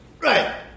Right